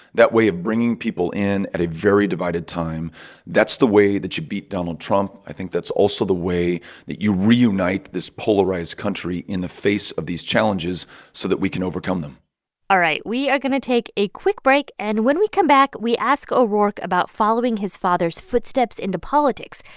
that way of bringing people in at a very divided time that's the way that you beat donald trump. i think that's also the way that you reunite this polarized country in the face of these challenges so that we can overcome them all right. we are going to take a quick break. and when we come back, we ask o'rourke about following his father's footsteps into politics,